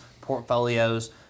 portfolios